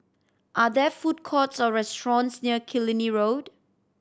are there food courts or restaurants near Killiney Road